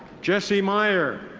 jesse meier.